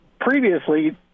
previously